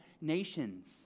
nations